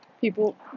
people